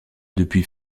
depuis